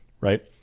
Right